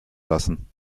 lassen